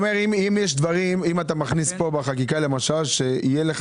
אם יש דברים אם אתה מכניס פה בחקיקה למשל שיהיה לך